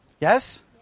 Yes